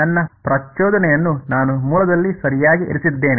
ನನ್ನ ಪ್ರಚೋದನೆಯನ್ನು ನಾನು ಮೂಲದಲ್ಲಿ ಸರಿಯಾಗಿ ಇರಿಸಿದ್ದೇನೆ